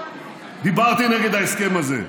דיברתי נגד ההסכם הזה,